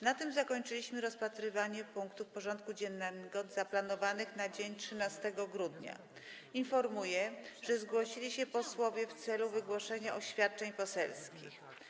Na tym zakończyliśmy rozpatrywanie punktów porządku dziennego zaplanowanych na dzień 13 grudnia br. Informuję, że zgłosili się posłowie w celu wygłoszenia oświadczeń poselskich.